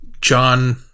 John